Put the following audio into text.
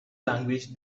language